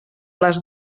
les